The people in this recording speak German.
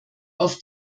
auf